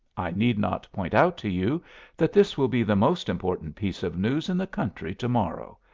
i need not point out to you that this will be the most important piece of news in the country to-morrow.